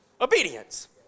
Obedience